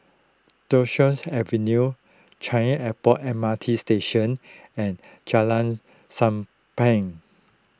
Duchess Avenue Changi Airport M R T Station and Jalan Sappan